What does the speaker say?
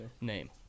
name